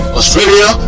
Australia